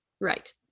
Right